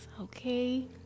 okay